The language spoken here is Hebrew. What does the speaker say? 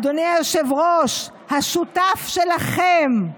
אדוני היושב-ראש, השותף שלכם,